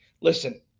Listen